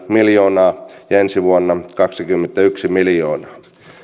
miljoonaa ja ensi vuonna kaksikymmentäyksi miljoonaa